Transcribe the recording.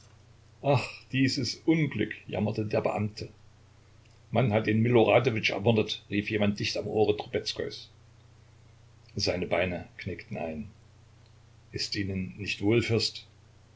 dieses unglück jammerte der beamte man hat den miloradowitsch ermordet rief jemand dicht am ohre trubezkois seine beine knickten ein ist ihnen nicht wohl